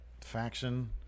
Faction